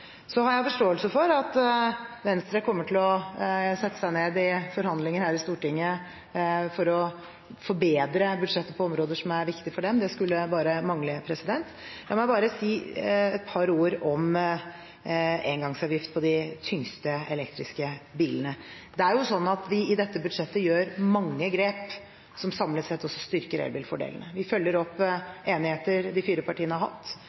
Så har jeg forståelse for at Venstre kommer til å sette seg ned i forhandlinger her i Stortinget for å forbedre budsjettet på områder som er viktig for dem. Det skulle bare mangle. La meg bare si et par ord om engangsavgift på de tyngste elektriske bilene. I dette budsjettet tar vi mange grep som samlet sett også styrker elbilfordelene. Vi følger opp enigheter de fire partiene har hatt,